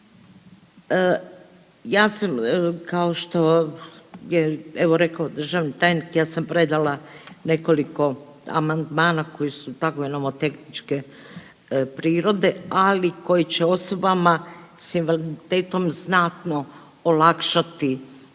Ja sam kao što je evo rekao državni tajnik, ja sam predala nekoliko amandmana koji su tako nomotehničke prirode, ali koji će osobama s invaliditetom znatno olakšati